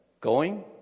Going